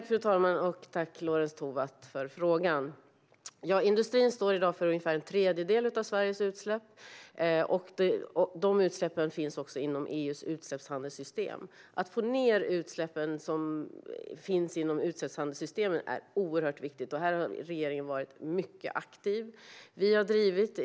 Fru talman! Tack, Lorentz Tovatt, för frågan! Industrin står i dag för ungefär en tredjedel av Sveriges utsläpp. Dessa utsläpp finns inom EU:s utsläppshandelssystem. Att få ned de utsläpp som finns inom utsläppshandelssystemen är oerhört viktigt, och regeringen har varit mycket aktiv på den punkten.